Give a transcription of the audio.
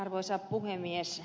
arvoisa puhemies